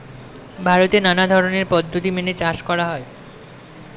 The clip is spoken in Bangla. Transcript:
ভারতে নানা ধরনের পদ্ধতি মেনে চাষ করা হয়